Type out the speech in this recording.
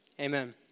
amen